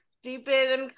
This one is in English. stupid